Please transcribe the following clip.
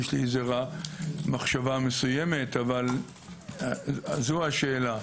יש לי מחשבה מסוימת, אבל זו השאלה.